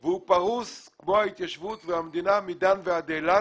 והוא פרוס כמו ההתיישבות והמדינה מדן ועד אילת.